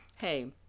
Hey